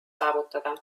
saavutada